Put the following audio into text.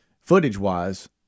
footage-wise